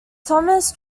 thomas